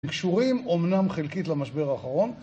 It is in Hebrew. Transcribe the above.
קשורים אומנם חלקית למשבר האחרון